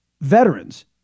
veterans